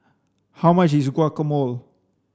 how much is Guacamole